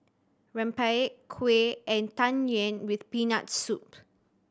rempeyek kuih and Tang Yuen with Peanut Soup